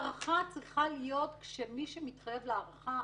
הארכה צריכה להיות כשמי שמתחייב להארכה,